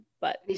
but-